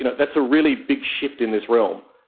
you know that's a really big shift in this realm.